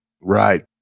Right